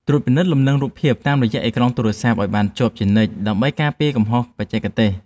ត្រួតពិនិត្យលំនឹងរូបភាពតាមរយៈអេក្រង់ទូរស័ព្ទឱ្យបានជាប់ជានិច្ចដើម្បីការពារកំហុសបច្ចេកទេស។